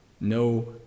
no